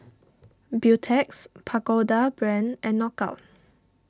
Beautex Pagoda Brand and Knockout